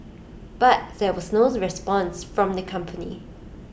but there was no response from the company